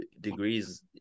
degrees